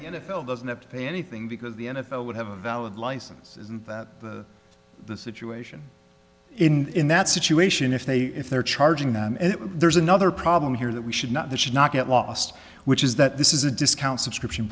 l doesn't have to pay anything because the n f l would have a valid license isn't that the the situation in that situation if they if they're charging them and there's another problem here that we should not that should not get lost which is that this is a discount subscription